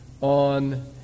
on